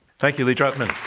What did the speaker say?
thank you, lee drutman. the